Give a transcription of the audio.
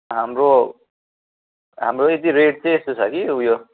हाम्रो हाम्रो यदि रेट चाहिँ यस्तो छ कि उयो